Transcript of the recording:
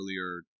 earlier